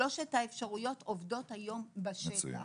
שלוש האפשרויות עובדות היום בשטח.